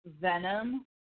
Venom